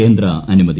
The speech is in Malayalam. കേന്ദ്ര അനുമതി